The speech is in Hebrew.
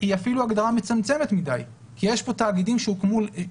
היא אפילו הגדרה מצמצמת מדי כי יש כאן תאגידים שלכאורה